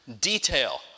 detail